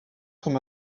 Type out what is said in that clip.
sont